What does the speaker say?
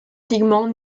pigments